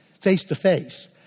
face-to-face